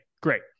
great